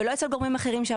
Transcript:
ולא אצל גורמים אחרים,